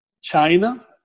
China